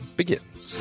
begins